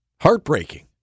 Heartbreaking